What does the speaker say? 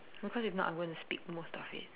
because if not I'm going to speak most of it